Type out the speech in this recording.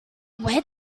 where